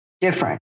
different